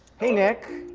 hey, nick.